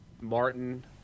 martin